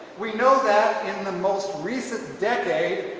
we know that in the most recent decade